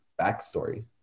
backstory